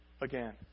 again